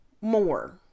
more